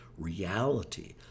reality